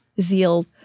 zeal